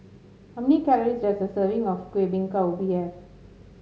how many calories does a serving of Kueh Bingka Ubi have